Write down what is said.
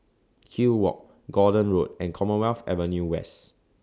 Kew Walk Gordon Road and Commonwealth Avenue West